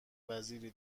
وزیری